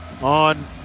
on